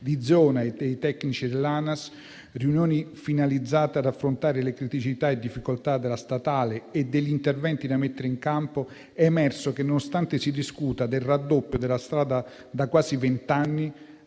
di zona e dei tecnici dell'ANAS - riunioni finalizzate ad affrontare criticità e difficoltà della statale e gli interventi da mettere in campo - è emerso che, nonostante si discuta del raddoppio della strada da quasi vent'anni,